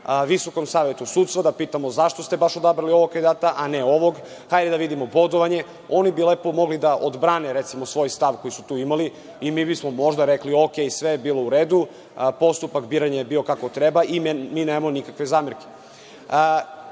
pitanja VSS, da pitamo zašto su baš odabrali ovog kandidata, a ne onog, hajde da vidimo bodovanje, oni bi lepo mogli da odbrane svoj stav koji su tu imali i mi bismo možda rekli – okej, sve je bilo u redu, postupak biranja je bio kako treba i mi nemamo nikakve zamerke. Ovako